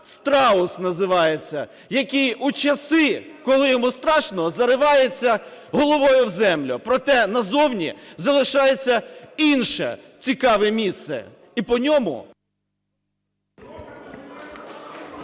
страус називається, який у час, коли йому страшно, заривається головою в землю, проте назовні залишається інше цікаве місце, і по ньому…